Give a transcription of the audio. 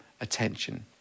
attention